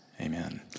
Amen